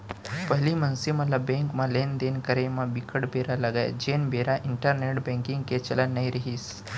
पहिली मनसे ल बेंक म लेन देन करे म बिकट बेरा लगय जेन बेरा इंटरनेंट बेंकिग के चलन नइ रिहिस